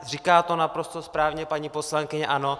Říká to naprosto správně paní poslankyně ANO.